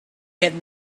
had